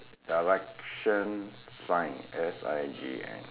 direction sign S I G N